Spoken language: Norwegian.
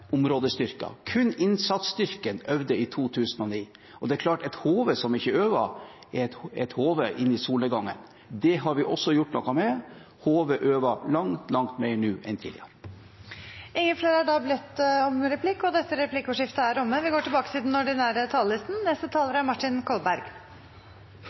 Kun innsatsstyrkene øvde i 2009. Og det er klart at et HV som ikke øver, er et HV inn i solnedgangen. Det har vi også gjort noe med: HV øver langt, langt mer nå enn tidligere. Replikkordskiftet er omme. Som vi alle vet, har det nå gått seks år siden Stortinget første gang behandlet spørsmålene knyttet til